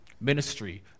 ministry